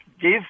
give